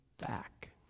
back